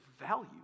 value